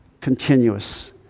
continuous